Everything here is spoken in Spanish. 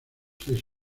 seis